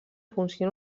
funció